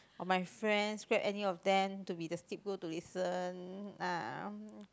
or my friends grab any of them to be the scapegoat to listen ah